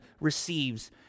receives